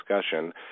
discussion